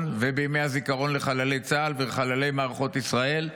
ובימי הזיכרון לחללי צה"ל ולחללי מערכות ישראל,